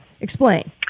Explain